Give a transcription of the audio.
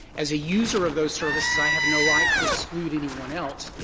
as a user of those services, i have no right to exclude anyone else.